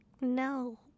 no